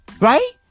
Right